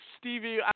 Stevie